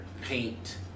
paint